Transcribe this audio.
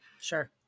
sure